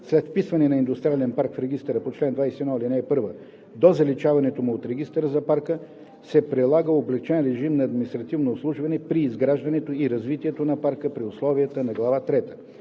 След вписване на индустриален парк в регистъра по чл. 21, ал. 1 до заличаването му от регистъра, за парка се прилага облекчен режим на административно обслужване при изграждането и развитието на парка при условията на глава